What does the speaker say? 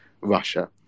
Russia